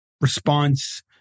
response